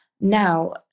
now